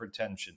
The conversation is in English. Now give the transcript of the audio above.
hypertension